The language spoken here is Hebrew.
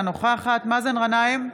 אינה נוכחת מאזן גנאים,